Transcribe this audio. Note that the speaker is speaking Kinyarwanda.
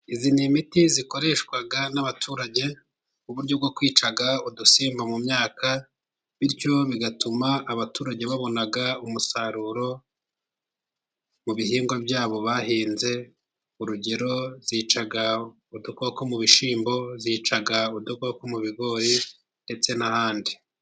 Iyi ni imiti ikoreshwa n'abaturage, mu buryo bwo kwica udusimba mu myaka, bityo bigatuma abaturage babona umusaruro mu bihingwa byabo bahinze, urugero yica udukoko mu bishyimbo, yica udukoko mu bigori, ndetse n'ahandi.